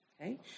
Okay